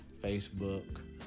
Facebook